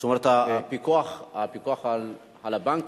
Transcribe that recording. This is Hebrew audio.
זאת אומרת, הפיקוח על הבנקים,